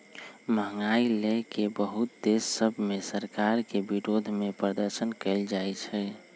महंगाई लए के बहुते देश सभ में सरकार के विरोधमें प्रदर्शन कएल जाइ छइ